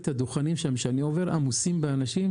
אנחנו רואים את הדוכנים שם עמוסים אנשים,